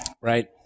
right